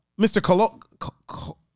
Mr